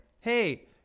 hey